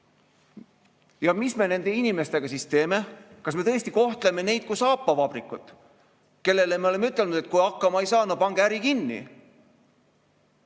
Mis me nende inimestega siis teeme? Kas me tõesti kohtleme neid kui saapavabrikut, kellele me oleme ütelnud, et kui hakkama ei saa, no pange äri kinni?